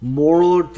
moral